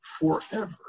forever